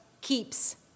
keeps